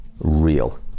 real